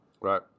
Right